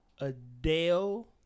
Adele